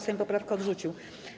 Sejm poprawkę odrzucił.